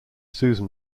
susan